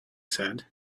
said